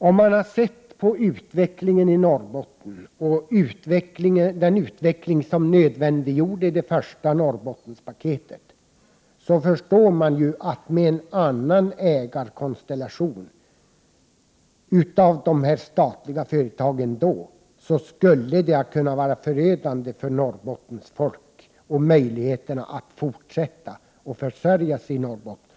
Om man tittar på utvecklingen i Norrbotten och den utveckling som nödvändiggjorde det första Norrbottenspaketet, förstår man att med en annan ägarkonstellation av de statliga företagen skulle det ha kunnat vara förödande för Norrbottens folk och möjligheterna att fortsätta att försörja sig i Norrbotten.